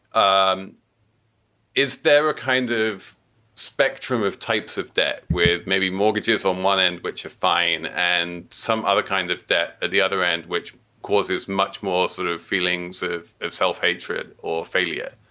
um is there a kind of spectrum of types of debt with maybe mortgages on one end, which are fine and some other kind of debt at the other end, which causes much more sort of feelings of of self-hatred or failure?